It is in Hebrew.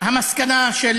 המסקנה של